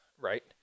right